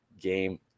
game